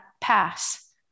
pass